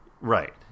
Right